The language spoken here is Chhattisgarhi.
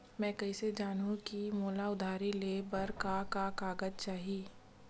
मैं कइसे जानहुँ कि मोला उधारी ले बर का का कागज चाही?